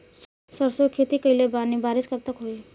सरसों के खेती कईले बानी बारिश कब तक होई?